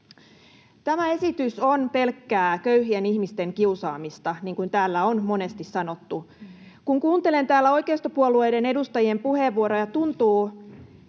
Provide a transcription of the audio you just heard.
Tämä esitys on pelkkää köyhien ihmisten kiusaamista, niin kuin täällä on monesti sanottu. Kun kuuntelen täällä oikeistopuolueiden edustajien puheenvuoroja, tuntuu,